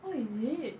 oh is it